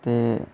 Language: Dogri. ते